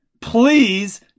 Please